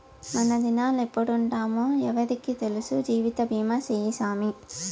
మనదినాలెప్పుడెప్పుంటామో ఎవ్వురికి తెల్సు, జీవితబీమా సేయ్యి సామీ